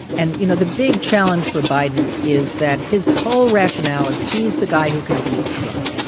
and, you know, the big challenge for biden is that his whole rationale is he's the guy who can beat trump.